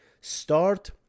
start